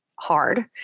hard